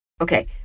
Okay